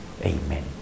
Amen